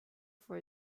for